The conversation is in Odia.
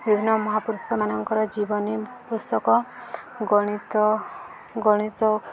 ବିଭିନ୍ନ ମହାପୁରୁଷମାନଙ୍କର ଜୀବନୀ ପୁସ୍ତକ ଗଣିତ ଗଣିତ